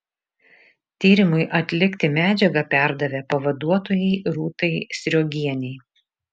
tyrimui atlikti medžiagą perdavė pavaduotojai rūtai sriogienei